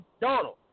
Donald